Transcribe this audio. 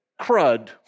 crud